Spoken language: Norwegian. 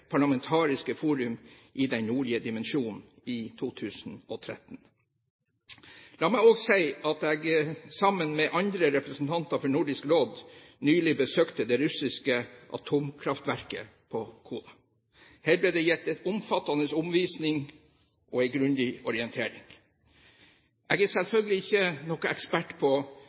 parlamentariske forum i Den nordlige dimensjon i 2013. La meg også si at jeg sammen med andre representanter for Nordisk Råd nylig besøkte det russiske atomkraftverket på Kola. Her ble det gitt en omfattende omvisning og en grundig orientering. Jeg er selvfølgelig ikke noen ekspert på